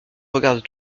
regardes